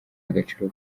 agaciro